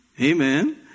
Amen